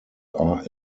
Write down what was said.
are